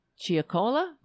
Chiacola